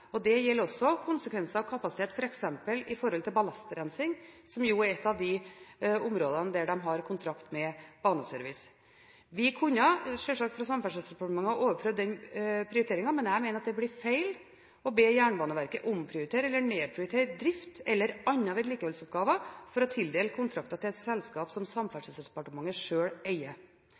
Det gjelder også konsekvenser og kapasitet, f.eks. med hensyn til ballastrensing, som er et av de områdene der de har kontrakt med Baneservice. I Samferdselsdepartementet kunne vi selvsagt overprøvd den prioriteringen, men jeg mener det blir feil å be Jernbaneverket å omprioritere eller nedprioritere drift eller andre vedlikeholdsoppgaver for å tildele kontrakter til et selskap som Samferdselsdepartementet selv eier.